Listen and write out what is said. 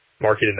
market